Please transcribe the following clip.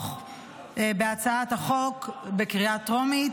לתמוך בהצעת החוק בקריאה טרומית,